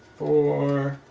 four